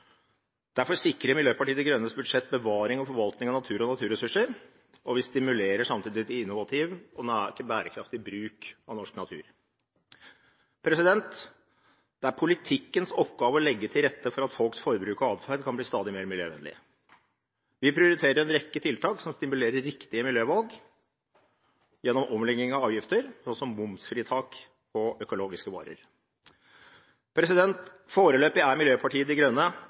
Derfor sikrer Miljøpartiet De Grønnes budsjett bevaring og forvaltning av natur og naturressurser, og vi stimulerer samtidig til innovativ og bærekraftig bruk av norsk natur. Det er politikkens oppgave å legge til rette for at folks forbruk og atferd kan bli stadig mer miljøvennlig. Vi prioriterer en rekke tiltak som stimulerer riktige miljøvalg gjennom omlegging av avgifter, sånn som momsfritak på økologiske varer. Foreløpig er Miljøpartiet De Grønne